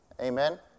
Amen